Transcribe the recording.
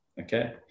Okay